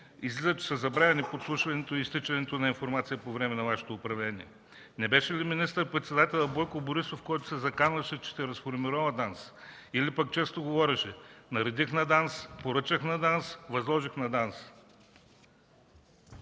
Излиза, че са забравени подслушването и изтичането на информация по време на Вашето управление. Не беше ли министър-председателят Бойко Борисов, който се заканваше, че ще разформирова ДАНС? Или пък често говореше: „наредих на ДАНС”, „поръчах на ДАНС”, „възложих на ДАНС”!